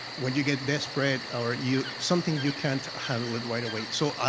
when you get desperate or you something you can't handle it right away? so, ah,